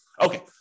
Okay